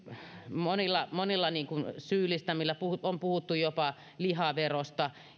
monilla monilla syyllistämillä on puhuttu jopa lihaverosta